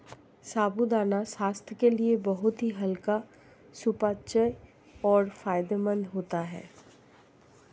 साबूदाना स्वास्थ्य के लिए बहुत ही हल्का सुपाच्य और फायदेमंद होता है